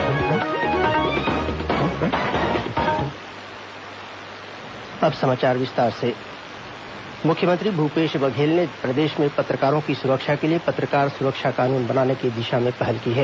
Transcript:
पत्रकार सुरक्षा कानून मुख्यमंत्री भूपेश बघेल ने प्रदेश में पत्रकारों की सुरक्षा के लिए पत्रकार सुरक्षा कानून बनाने की दिशा में पहल की है